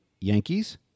Yankees